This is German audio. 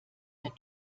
der